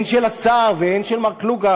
הן של השר והן של מר קלוגהפט,